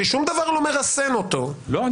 ששום דבר לא מרסן אותו --- לא,